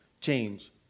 change